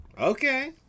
Okay